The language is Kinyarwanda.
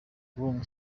bwonko